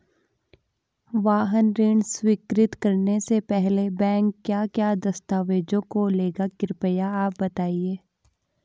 वाहन ऋण स्वीकृति करने से पहले बैंक क्या क्या दस्तावेज़ों को लेगा कृपया आप बताएँगे?